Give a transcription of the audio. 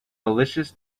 malicious